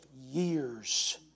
years